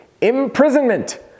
imprisonment